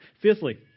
Fifthly